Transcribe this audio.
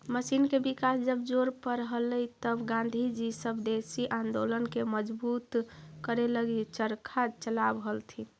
machine के विकास जब जोर पर हलई तब गाँधीजी स्वदेशी आंदोलन के मजबूत करे लगी चरखा चलावऽ हलथिन